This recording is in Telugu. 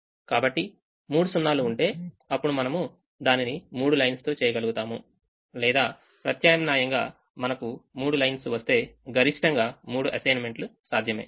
కాబట్టి మూడు సున్నాలు ఉంటే అప్పుడు మనము దానిని మూడు లైన్స్ తో చేయగలుగుతాము లేదా ప్రత్యామ్నాయంగా మనకు మూడు లైన్స్ వస్తే గరిష్టంగా మూడు అసైన్మెంట్లు సాధ్యమే